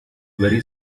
very